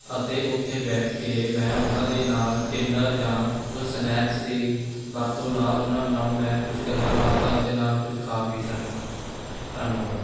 ਅਤੇ ਉੱਥੇ ਬੈਠ ਕੇ ਮੈਂ ਉਨ੍ਹਾਂ ਦੇ ਨਾਲ ਡਿਨਰ ਜਾਂ ਕੁਝ ਸਨੈਕਸ ਦੀ ਵਰਤੋਂ ਨਾਲ ਉਹਨਾਂ ਨਾਲ ਮੈਂ ਕੁਝ ਗੱਲਾਂ ਬਾਤਾਂ ਅਤੇ ਨਾਲ ਕੁਝ ਖਾ ਪੀ ਸਕਾਂ ਧੰਨਵਾਦ